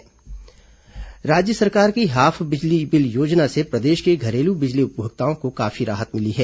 half बिजली bill योजना राज्य सरकार की हाफ बिजली बिल योजना से प्रदेश के घरेलू बिजली उपभोक्ताओं को काफी राहत मिली है